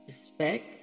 respect